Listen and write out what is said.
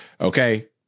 okay